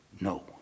No